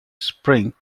spring